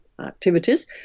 activities